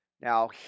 Now